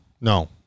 No